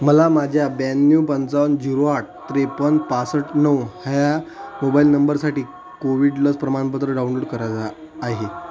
मला माझ्या ब्याण्णव पंचावन्न झिरो आठ त्रेपन्न पासष्ट नऊ ह्या मोबाईल नंबरसाठी कोविड लस प्रमाणपत्र डाउनलोड करायचं आहे